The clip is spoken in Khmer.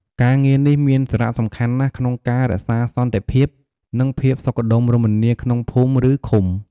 ការងារនេះមានសារៈសំខាន់ណាស់ក្នុងការរក្សាសន្តិភាព និងភាពសុខដុមរមនាក្នុងភូមិ ឬឃុំ។